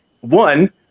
one